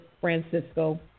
Francisco